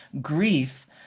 grief